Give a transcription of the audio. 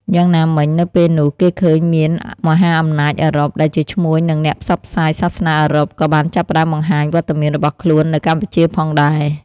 យ៉ាងណាមិញនៅពេលនោះគេឃើញមានមហាអំណាចអឺរ៉ុប ដែលជាឈ្មួញនិងអ្នកផ្សព្វផ្សាយសាសនាអឺរ៉ុប ក៏បានចាប់ផ្តើមបង្ហាញវត្តមានរបស់ខ្លួននៅកម្ពុជាផងដែរ។